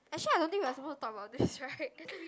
actually I don't think we are supposed to talk about this right